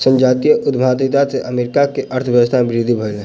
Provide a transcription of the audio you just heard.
संजातीय उद्यमिता से अमेरिका के अर्थव्यवस्था में वृद्धि भेलै